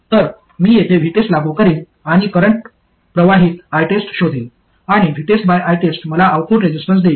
तर मी येथे VTEST लागू करीन आणि करंट प्रवाहित ITEST शोधील आणि VTESTITEST मला आउटपुट रेसिस्टन्स देईल